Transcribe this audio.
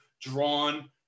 drawn